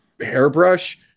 hairbrush